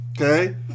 Okay